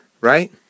right